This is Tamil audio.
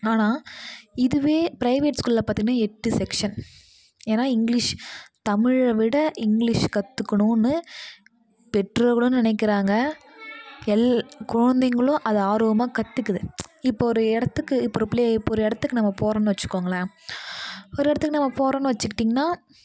ஆனா இதுவே ப்ரைவேட் ஸ்கூலில் பாத்திங்கன்னா எட்டு செக்ஷன் ஏன்னா இங்கிலிஷ் தமிழை விட இங்கிலிஷ் கற்றுக்கணுன்னு பெற்றோர்களும் நினக்கிறாங்க எல் குழந்தைங்களும் அதை ஆர்வமாக கற்றுக்குது இப்போ ஒரு இடத்துக்கு இப்போ ஒரு பிளே இப்போ ஒரு இடத்துக்கு நம்ம போகிறோம்னு வச்சுக்கோங்களேன் ஒரு இடத்துக்கு நம்ம போகிறோன்னா வச்சுக்கிட்டிங்கன்னா